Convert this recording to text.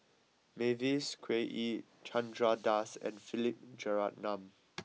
Mavis Khoo Oei Chandra Das and Philip Jeyaretnam